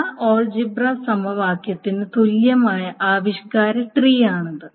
ആ ആൾജിബ്ര സമവാക്യത്തിന് തുല്യമായ ആവിഷ്കാര ട്രീയാണിത്